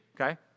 okay